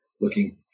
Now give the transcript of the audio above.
looking